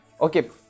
Okay